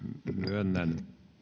myönnän